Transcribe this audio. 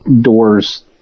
doors